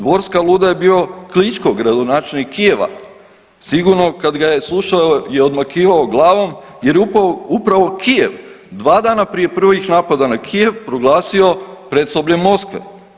Dvorska luda je bio Kličko, gradonačelnik Kijeva, sigurno kad ga je slušao je odmakivao glavom jer je upravo Kijev 2 dana prije prvih napada na Kijev proglasio predsobljem Moskve.